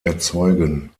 erzeugen